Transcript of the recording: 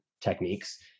techniques